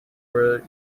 where